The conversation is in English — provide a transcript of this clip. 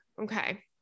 Okay